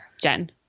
Jen